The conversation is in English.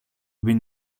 been